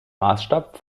maßstab